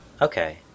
Okay